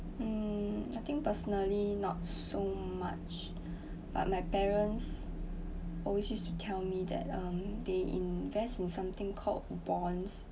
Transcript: um I think personally not so much but my parents always used to tell me that uh they invest in something called bonds